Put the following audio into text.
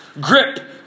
grip